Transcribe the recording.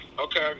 Okay